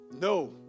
No